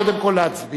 קודם כול להצביע,